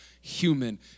human